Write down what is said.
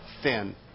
thin